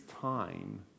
time